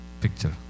picture